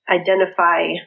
identify